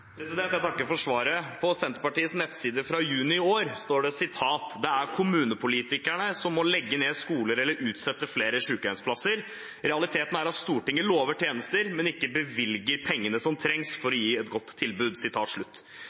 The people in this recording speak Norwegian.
Jeg takker for svaret. På Senterpartiets nettside fra juni i år står det: «Det er kommunepolitikerne som må legge ned skoler eller utsette flere sykehjemsplasser. Realiteten er at Stortinget lover tjenester, men ikke bevilger pengene som trengs for et godt tilbud.»